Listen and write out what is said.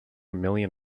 million